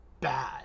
bad